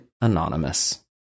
Anonymous